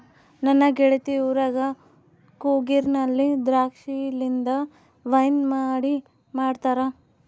ನನ್ನ ಗೆಳತಿ ಊರಗ ಕೂರ್ಗಿನಲ್ಲಿ ದ್ರಾಕ್ಷಿಲಿಂದ ವೈನ್ ಮಾಡಿ ಮಾಡ್ತಾರ